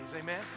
Amen